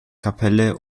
kapelle